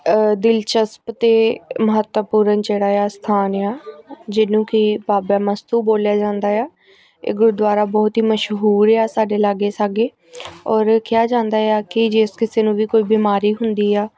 ਦਿਲਚਸਪ ਅਤੇ ਮਹੱਤਵਪੂਰਨ ਜਿਹੜਾ ਆ ਸਥਾਨ ਆ ਜਿਹਨੂੰ ਕਿ ਬਾਬਾ ਮਸਤੂ ਬੋਲਿਆ ਜਾਂਦਾ ਆ ਇਹ ਗੁਰਦੁਆਰਾ ਬਹੁਤ ਹੀ ਮਸ਼ਹੂਰ ਆ ਸਾਡੇ ਲਾਗੇ ਛਾਗੇ ਔਰ ਕਿਹਾ ਜਾਂਦਾ ਆ ਕਿ ਜਿਸ ਕਿਸੇ ਨੂੰ ਵੀ ਕੋਈ ਬਿਮਾਰੀ ਹੁੰਦੀ ਆ